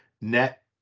net